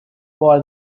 for